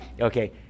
okay